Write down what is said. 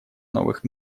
новых